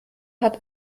hat